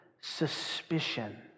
suspicion